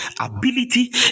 ability